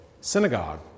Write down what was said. synagogue